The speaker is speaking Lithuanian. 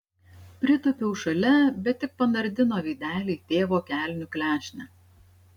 pritūpiau šalia bet tik panardino veidelį į tėvo kelnių klešnę